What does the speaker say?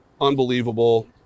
unbelievable